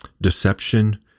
deception